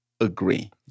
agree